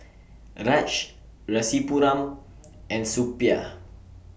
Raj Rasipuram and Suppiah